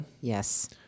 Yes